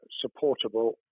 supportable